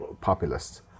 populist